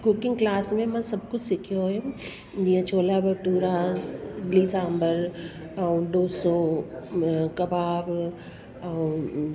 cooking class में मां सभु कुझु सिखियो हुओ जीअं छोला भठूरा इडली सांभर ऐं डोसो कबाब ऐं